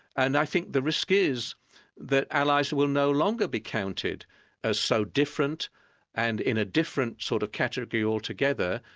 and i think the risk is that allies will no longer be counted as so different and in a different sort of category altogether,